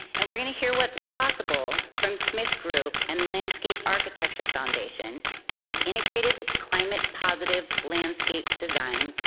and we're gonna hear what's possible from smith group and landscape architecture foundation in integrated climate positive landscape design,